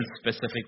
specific